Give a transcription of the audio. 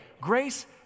grace